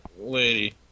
lady